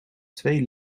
twee